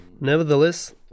Nevertheless